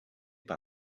par